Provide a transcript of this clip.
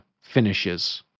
finishes